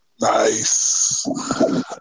Nice